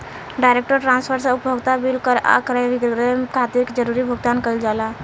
direct transfer से उपभोक्ता bill कर आ क्रय विक्रय खातिर जरूरी भुगतान कईल जाला